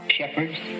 Shepherds